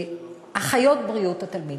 אחיות בריאות התלמיד,